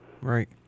Right